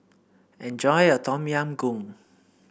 enjoy your Tom Yam Goong